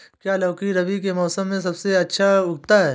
क्या लौकी रबी के मौसम में सबसे अच्छा उगता है?